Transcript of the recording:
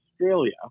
Australia